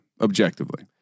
objectively